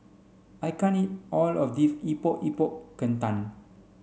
I can't eat all of this Epok Epok Kentang